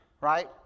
Right